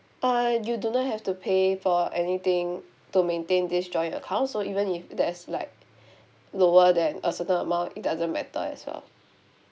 uh you do not have to pay for anything to maintain this joint account so even if there's like lower than a certain amount it doesn't matter as well